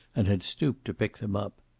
and had stooped to pick them up.